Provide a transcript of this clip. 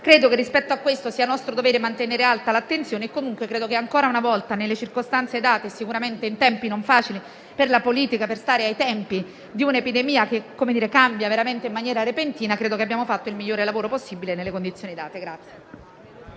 Credo che, rispetto a questo, sia nostro dovere mantenere alta l'attenzione. Ritengo anche che, ancora una volta, nelle circostanze date e sicuramente in tempi non facili per la politica, per stare ai tempi con un'epidemia che cambia in maniera veramente repentina, abbiamo fatto il miglior lavoro possibile nelle condizioni date.